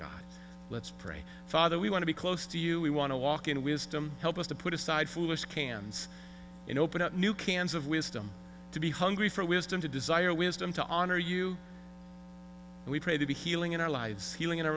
god let's pray father we want to be close to you we want to walk in wisdom help us to put aside foolish cans and open up new cans of wisdom to be hungry for wisdom to desire wisdom to honor you we pray to be healing in our lives healing in our